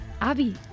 Abby